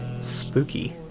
spooky